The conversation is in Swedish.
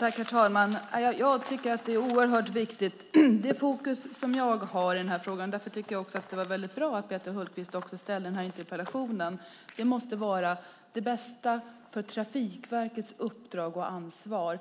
Herr talman! Det är oerhört viktigt. Det fokus som jag har i frågan - därför tycker jag också att det var bra att Peter Hultqvist ställde interpellationen - är det bästa för Trafikverkets uppdrag och ansvar,